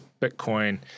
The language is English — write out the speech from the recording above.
Bitcoin